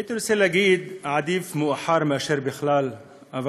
הייתי רוצה להגיד: עדיף מאוחר מאשר בכלל לא,